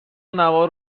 نوار